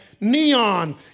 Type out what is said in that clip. neon